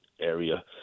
area